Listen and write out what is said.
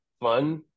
fun